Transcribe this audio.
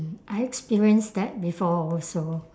I experienced that before also